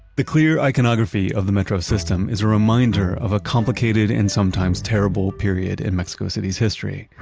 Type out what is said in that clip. the clear iconography of the metro system is a reminder of a complicated and sometimes terrible period in mexico city's history.